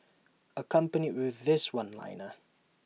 accompanied with this one liner